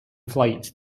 flight